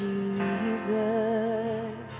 Jesus